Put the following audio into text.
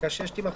פסקה (6) - תימחק,